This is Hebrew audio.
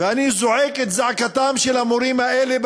ואני זועק את זעקתם של המורים האלה,